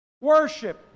worship